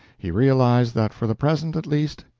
he realized that for the present, at least,